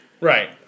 Right